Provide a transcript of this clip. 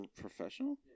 professional